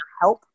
help